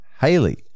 Haley